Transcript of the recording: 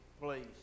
please